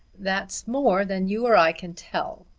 that's more than you or i can tell.